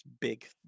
big